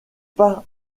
pas